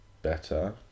better